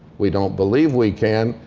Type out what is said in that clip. we don't believe we can,